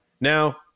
Now